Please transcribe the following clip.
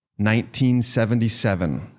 1977